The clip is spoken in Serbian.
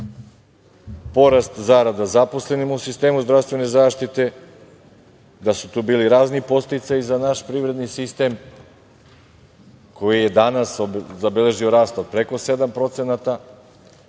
da su tu bili razni podsticaji za naš privredni sistem koji je danas zabeležio rast od preko 7% i da